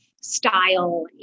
style